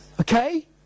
Okay